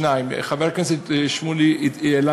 2. חבר הכנסת שמולי העלה,